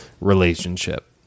relationship